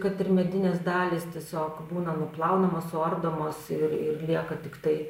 kad ir medinės dalys tiesiog būna nuplaunamos suardomos ir ir lieka tiktai